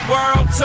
World